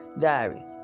Diary